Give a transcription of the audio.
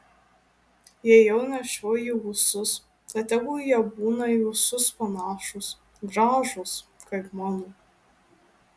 jei jau nešioji ūsus tai tegul jie būna į ūsus panašūs gražūs kaip mano